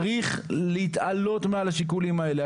צריך להתעלות מעל השיקולים האלה.